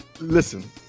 Listen